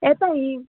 येता ही